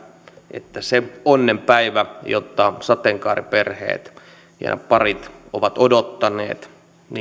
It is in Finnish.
että se onnenpäivä jota sateenkaariperheet ja ne parit ovat odottaneet